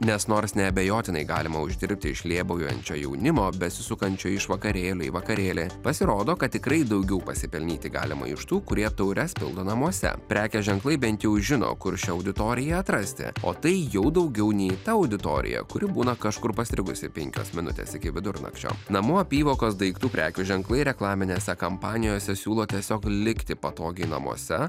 nes nors neabejotinai galima uždirbti iš lėbaujančio jaunimo besisukančio iš vakarėlio į vakarėlį pasirodo kad tikrai daugiau pasipelnyti galima iš tų kurie taures pildo namuose prekės ženklai bent jau žino kur šią auditoriją atrasti o tai jau daugiau nei ta auditorija kuri būna kažkur pastrigusi penkios minutės iki vidurnakčio namų apyvokos daiktų prekių ženklai reklaminėse kampanijose siūlo tiesiog likti patogiai namuose